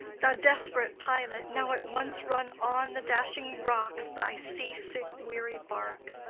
thou desperate pilot, now at once run on the dashing rocks thy seasick weary bark!